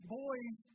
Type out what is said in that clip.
boys